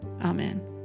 Amen